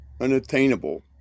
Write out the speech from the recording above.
unattainable